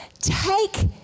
take